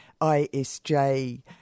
ISJ